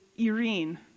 irene